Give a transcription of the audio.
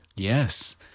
Yes